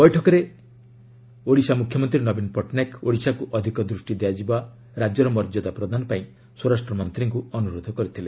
ବୈଠକରେ ସମୟରେ ଓଡ଼ିଶା ମୁଖ୍ୟମନ୍ତ୍ରୀ ନବୀନ ପଟ୍ଟନାୟକ ଓଡ଼ିଶାକୁ ଅଧିକ ଦୃଷ୍ଟି ଦିଆଯିବା ରାଜ୍ୟର ମର୍ଯ୍ୟଦା ପ୍ରଦାନ ପାଇଁ ସ୍ୱରାଷ୍ଟ୍ର ମନ୍ତ୍ରୀଙ୍କୁ ଅନୁରୋଧ କରିଥିଲେ